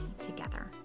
together